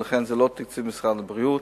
ולכן זה לא תקציב משרד הבריאות.